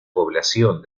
población